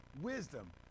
wisdom